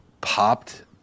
popped